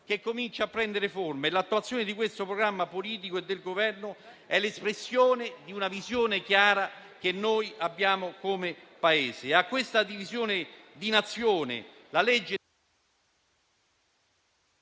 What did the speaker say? che comincia a prendere forma, e l'attuazione di questo programma politico e del Governo è l'espressione di una visione chiara che abbiamo come Paese.